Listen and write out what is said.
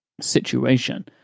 situation